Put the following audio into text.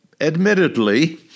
admittedly